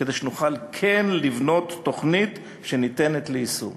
כדי שנוכל כן לבנות תוכנית שניתנת ליישום.